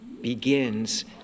begins